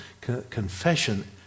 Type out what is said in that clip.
confession